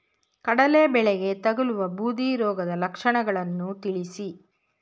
ಕಡಲೆ ಬೆಳೆಗೆ ತಗಲುವ ಬೂದಿ ರೋಗದ ಲಕ್ಷಣಗಳನ್ನು ತಿಳಿಸಿ?